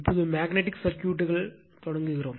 இப்போது மேக்னட்டிக் சர்க்யூட்டுகள் தொடங்குகிறோம்